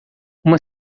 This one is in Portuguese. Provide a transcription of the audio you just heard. uma